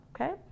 okay